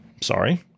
Sorry